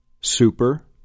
Super